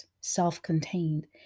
self-contained